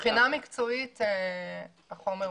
מבחינה מקצועית החומר מוכן.